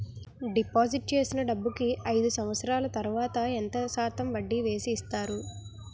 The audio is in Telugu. డిపాజిట్ చేసిన డబ్బుకి అయిదు సంవత్సరాల తర్వాత ఎంత శాతం వడ్డీ వేసి ఇస్తారు?